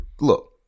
look